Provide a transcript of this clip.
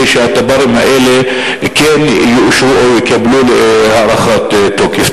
שהתב"רים האלה כן יאושרו או יקבלו הארכת תוקף.